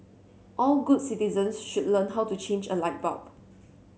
all good citizens should learn how to change a light bulb